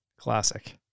classic